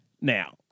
Now